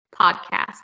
podcast